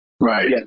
right